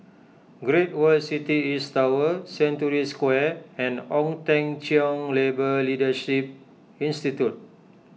Great World City East Tower Century Square and Ong Teng Cheong Labour Leadership Institute